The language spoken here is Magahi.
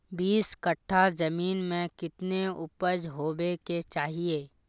बीस कट्ठा जमीन में कितने उपज होबे के चाहिए?